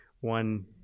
one